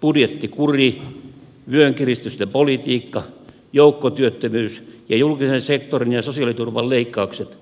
budjettikuri vyön kiristysten politiikka joukkotyöttömyys ja julkisen sektorin ja sosiaaliturvan leikkaukset